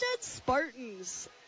Spartans